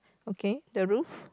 okay the roof